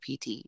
PT